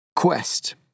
Quest